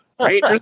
right